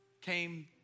came